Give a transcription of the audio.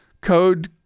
Code